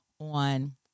on